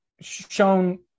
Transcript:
shown